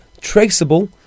traceable